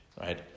right